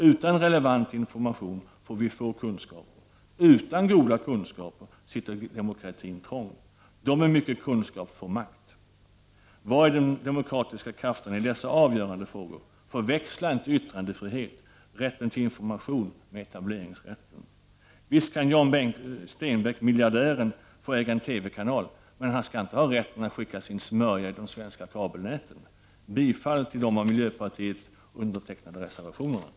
Utan relevant information får vi få kunskaper, och utan goda kunskaper sitter demokratin trångt. De med mycket kunskap får makt. Var finns de demokratiska krafterna i dessa avgörande frågor? Förväxla inte yttrandefrihet, rätten till information, med etableringsrätten. Visst kan Jan Stenbeck, miljardären, få äga en TV-kanal. Men han skall inte ha rätten att skicka sin smörja i de svenska kabelnäten. Jag yrkar bifall till de av miljöpartiet undertecknade reservationerna.